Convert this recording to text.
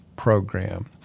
program